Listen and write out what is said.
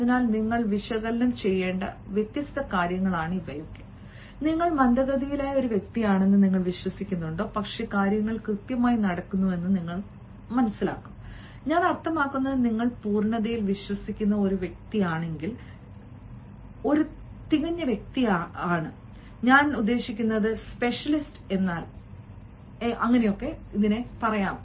അതിനാൽ നിങ്ങൾ വിശകലനം ചെയ്യേണ്ട വ്യത്യസ്ത കാര്യങ്ങളാണിവ നിങ്ങൾ മന്ദഗതിയിലായ ഒരു വ്യക്തിയാണെന്ന് നിങ്ങൾ വിശ്വസിക്കുന്നുണ്ടോ പക്ഷേ കാര്യങ്ങൾ കൃത്യമായി നടക്കുന്നുവെന്ന് കാണും ഞാൻ അർത്ഥമാക്കുന്നത് നിങ്ങൾ പൂർണതയിൽ വിശ്വസിക്കുന്ന ഒരു വ്യക്തിയാണെങ്കിൽ ഞാൻ അർത്ഥമാക്കുന്നത് ഒരു തികഞ്ഞ വ്യക്തിയാണ് ഞാൻ ഉദ്ദേശിക്കുന്നത് സ്പെഷ്യലിസ്റ്റ് എന്നാൽ കൊള്ളാം